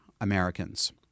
Americans